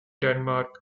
denmark